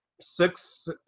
six